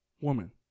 woman